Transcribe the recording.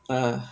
ah